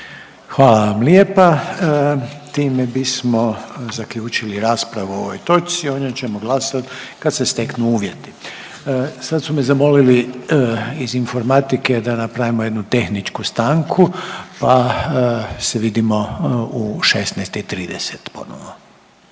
Hvala vam lijepa. Time bismo zaključili raspravu o ovoj točci, o njoj ćemo glasovat kad se steknu uvjeti. Sad su me zamolili iz informatike da napravimo jednu tehničku stanku, pa se vidimo u 16 i 30 ponovo.